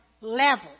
level